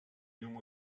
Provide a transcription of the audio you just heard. llum